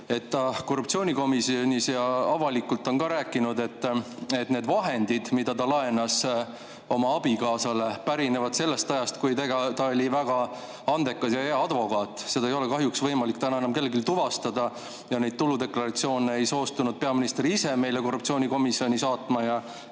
korruptsioonikomisjonis ja avalikult rääkinud, et need vahendid, mida ta laenas oma abikaasale, pärinevad sellest ajast, kui ta oli väga andekas ja hea advokaat. Seda ei ole kahjuks võimalik enam kellelgi tuvastada. Neid tuludeklaratsioone ei soostunud peaminister ise meile korruptsioonikomisjoni saatma ja